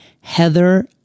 Heather